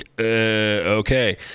Okay